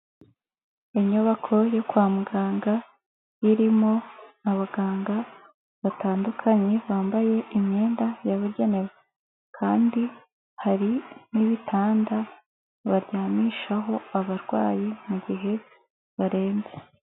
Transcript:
Inyubako yo kwa muganga, irimo abaganga batandukanye bambaye imyenda yabugenewe, kandi hari n'ibitanda baryamishaho abarwayi mu gihe barembye.